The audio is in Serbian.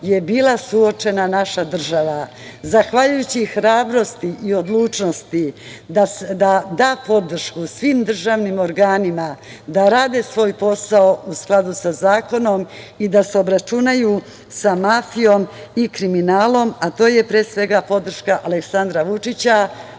je bila suočena naša država. Zahvaljujući hrabrosti i odlučnosti da da podršku svim državnim organima, da rade svoj posao u skladu sa zakonom i da se obračunaju sa mafijom i kriminalom, a to je pre svega podrška Aleksandra Vučića,